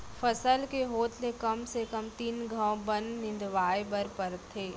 फसल के होत ले कम से कम तीन घंव बन निंदवाए बर परथे